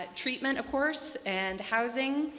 ah treatment of course and housing,